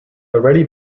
already